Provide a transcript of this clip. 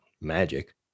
magic